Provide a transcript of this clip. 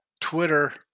Twitter